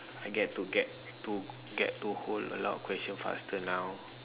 I get to get to get to hold a lot question faster now